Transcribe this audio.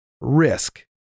risk